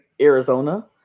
Arizona